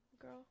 girl